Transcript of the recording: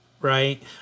right